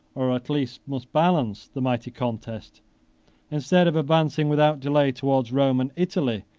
or at least must balance, the mighty contest instead of advancing without delay towards rome and italy,